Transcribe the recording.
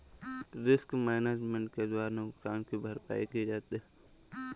risk management के द्वारा नुकसान की भरपाई की जाती है